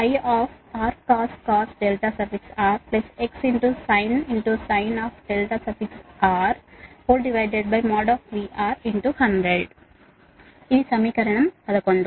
IRcos RXsin R VR 100 ఇది సమీకరణం 11